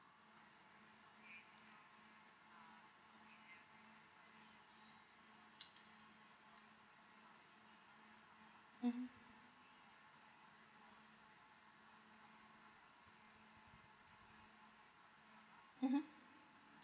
mmhmm mmhmm